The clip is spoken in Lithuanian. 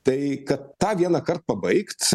tai kad tą vienąkart pabaigt